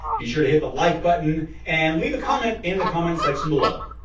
be sure to hit the like button and leave a comment in the comment section below.